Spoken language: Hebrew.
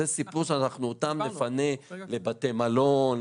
זה סיפור שאנחנו אותם נפנה לבתי מלון,